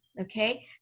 okay